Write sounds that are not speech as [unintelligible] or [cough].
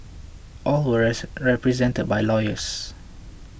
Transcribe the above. all were [unintelligible] represented by lawyers